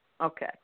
Okay